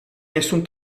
nessun